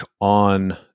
on